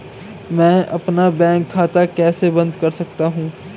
मैं अपना बैंक खाता कैसे बंद कर सकता हूँ?